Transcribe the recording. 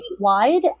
statewide